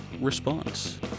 response